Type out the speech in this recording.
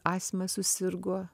astma susirgo